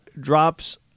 drops